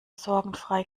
sorgenfrei